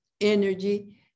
energy